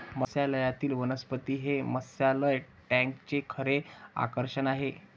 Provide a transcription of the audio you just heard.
मत्स्यालयातील वनस्पती हे मत्स्यालय टँकचे खरे आकर्षण आहे